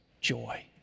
joy